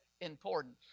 important